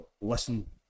listen